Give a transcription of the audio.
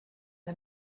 the